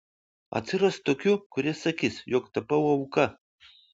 atsiras tokių kurie sakys jog tapau auka